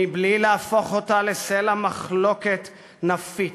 מבלי להפוך אותה לסלע מחלוקת נפיץ.